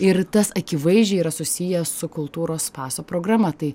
ir tas akivaizdžiai yra susijęs su kultūros paso programa tai